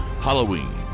Halloween